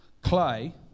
clay